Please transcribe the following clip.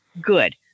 good